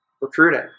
recruiting